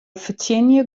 fertsjinje